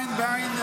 עין בעין,